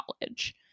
college